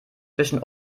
zwischen